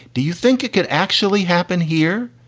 do you think it could actually happen here?